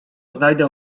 znajdę